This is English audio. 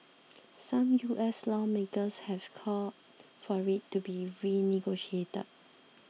some U S lawmakers have called for it to be renegotiated